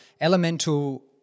Elemental